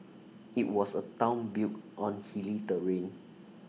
IT was A Town built on hilly terrain